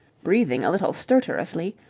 breathing a little stertorously,